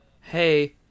hey